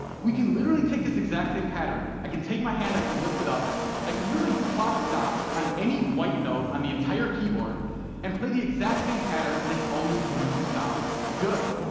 we can literally take this exact same pattern, i can take my hand, i can lift it up, and i could literally plop it down on any white note on the entire keyboard and play the exact same pattern, and it's always going to sound good.